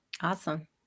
Awesome